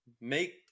make